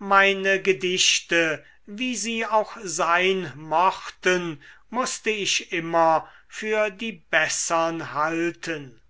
meine gedichte wie sie auch sein mochten mußte ich immer für die bessern halten